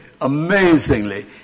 amazingly